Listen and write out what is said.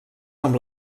amb